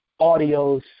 audios